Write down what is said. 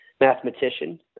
mathematician